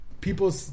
People